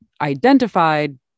identified